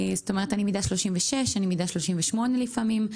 אני מידה 36, מידה 38 לפעמים.